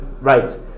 Right